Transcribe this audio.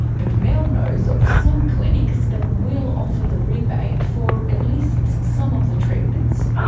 but mel knows of some clinics that will offer the rebate for at least some of the treatments.